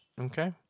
Okay